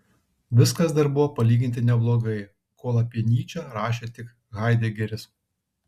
viskas dar buvo palyginti neblogai kol apie nyčę rašė tik haidegeris